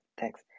thanks